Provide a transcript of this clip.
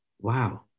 wow